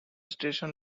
station